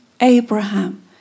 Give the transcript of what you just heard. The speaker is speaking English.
Abraham